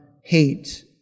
hate